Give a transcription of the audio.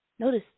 Notice